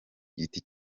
giti